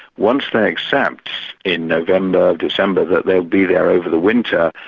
once they accept in november, december, that they'll be there over the winter,